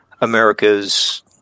America's